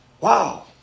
Wow